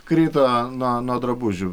krito nuo nuo drabužių